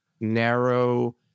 narrow